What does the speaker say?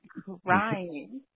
crying